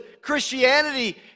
Christianity